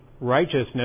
righteousness